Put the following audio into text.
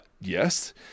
yes